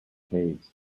caves